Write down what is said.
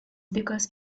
because